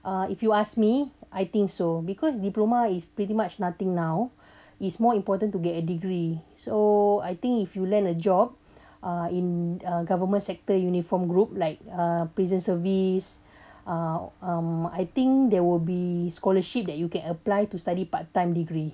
uh if you ask me I think so because diploma is pretty much nothing now it's more important to get a degree so I think if you land a job in uh government sector uniform group like uh prison service uh um I think there will be scholarship that you can apply to study part time degree